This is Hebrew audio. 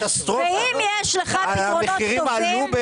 אם יש לך פתרונות טובים,